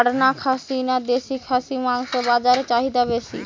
পাটনা খাসি না দেশী খাসির মাংস বাজারে চাহিদা বেশি?